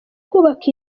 kubaka